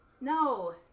No